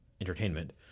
entertainment